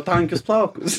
tankius plaukus